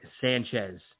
Sanchez